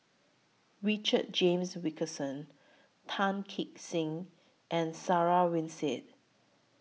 Richard James Wilkinson Tan Kee Sek and Sarah Winstedt